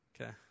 Okay